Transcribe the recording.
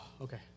Okay